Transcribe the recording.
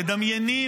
תדמייני,